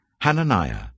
Hananiah